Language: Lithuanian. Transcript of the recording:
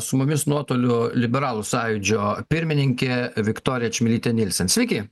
su mumis nuotoliu liberalų sąjūdžio pirmininkė viktorija čmilytė nilsen sveiki